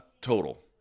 total